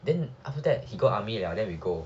then after that he go army liao then we go